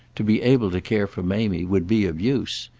to be able to care for mamie would be of use,